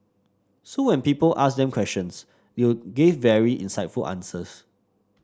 so when people asked them questions they'll gave very insightful answers